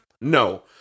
No